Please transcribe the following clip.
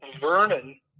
Vernon